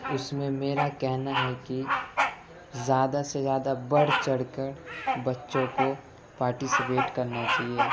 اس میں میرا کہنا ہے کہ زیادہ سے زیادہ بڑھ چڑھ کر بچوں کو پارٹیسپیٹ کرنا چہیے